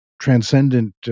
transcendent